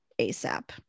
ASAP